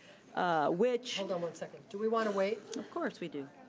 ah which. hold on one second. do we want to wait? of course we do.